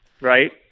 Right